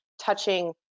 touching